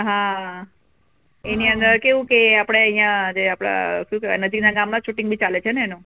હા એની અંદર કેવું કે આપણે અહીંયા જે આપણા શું કહેવાય નજીકના ગામમાં શૂટિંગ બી ચાલે છે ને એનું